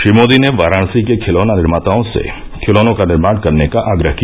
श्री मोदी ने वाराणसी के खिलौना निर्माताओं से खिलौनों का निर्माण करने का आग्रह किया